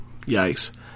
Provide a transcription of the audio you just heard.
Yikes